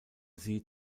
sie